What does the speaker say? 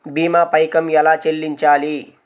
భీమా పైకం ఎలా చెల్లించాలి?